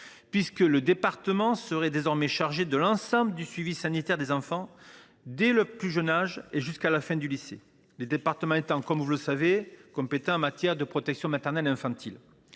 puisque le département sera désormais chargé de l’ensemble du suivi sanitaire des enfants, dès leur plus jeune âge et jusqu’à la fin du lycée, les départements étant, comme vous le savez, compétents en matière de protection maternelle et infantile.